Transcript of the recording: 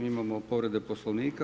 Imamo povredu Poslovnika.